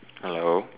hello